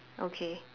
okay